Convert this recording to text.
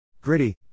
Gritty